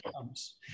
comes